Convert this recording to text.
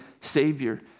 Savior